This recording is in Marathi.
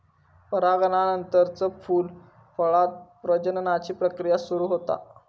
परागनानंतरच फूल, फळांत प्रजननाची प्रक्रिया सुरू होता